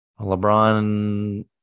LeBron